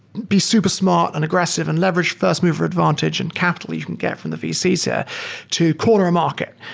be super smart and aggressive and leverage first mover advantage and capital you can get from the vcs ah to corner a market.